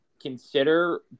consider